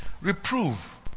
Reprove